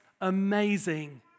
amazing